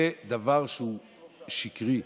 זה דבר שהוא שקרי.